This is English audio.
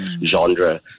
genre